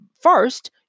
first